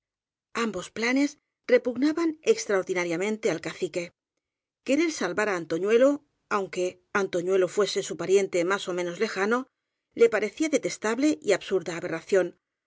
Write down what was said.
ambos planes repugnaban extraordinariamente al cacique querer salvar á antoñuelo aunque antoñuelo fuese su pariente más ó menos lejano le parecía detestable y absurda aberración